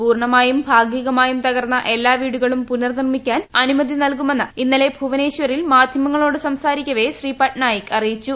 പൂർണമായും ഭാഗികമായും തകർന്ന എല്ലാ വീടുകളും പുനർനിർമിക്കാൻ അനുമതി നൽകുമെന്ന് ഇന്നലെ ഭൂവനേശ്വറിൽ മാധ്യമങ്ങളോട് സംസാരിക്കവെ ശ്രീ പട്നായിക് അറിയിച്ചു